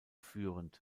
führend